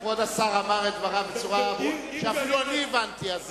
כבוד השר אמר את דבריו בצורה שאפילו אני הבנתי.